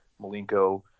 Malenko